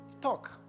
Talk